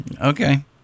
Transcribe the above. okay